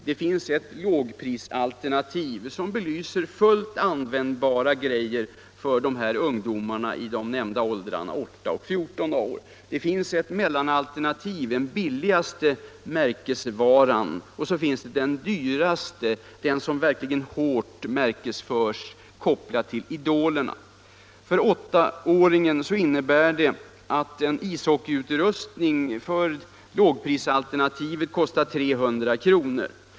Det finns ett lågprisalternativ som avser fullt användbara grejor för ungdomar i de nämnda åldrarna 8-14 år, det finns ett mellanalternativ — den billigaste märkesvaran — och så finns det ett alternativ som avser den dyraste varan, den som verkligen hårt märkesförs kopplad till idolerna. För åttaåringen innebär detta att en ishockeyutrustning enligt lågprisalternativet kostar 300 kr.